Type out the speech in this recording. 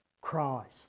Christ